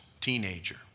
teenager